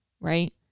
right